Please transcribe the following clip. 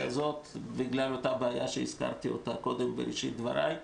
הזאת בגלל הבעיה שהזכרתי בראשית דבריי.